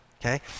okay